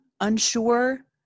unsure